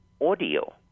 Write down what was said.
audio